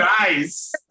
Nice